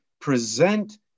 present